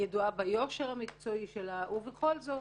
היא ידועה ביושר המקצועי שלה, ובכל זאת